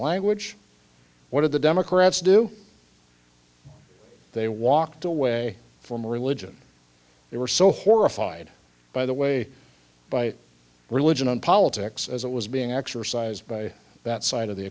language what did the democrats do they walked away from religion they were so horrified by the way by religion and politics as it was being exercised by that side of the